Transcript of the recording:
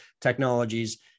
Technologies